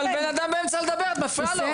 את מפריעה.